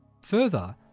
Further